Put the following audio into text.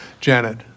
Janet